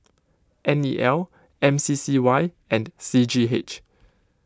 N E L M C C Y and C G H